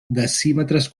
decímetres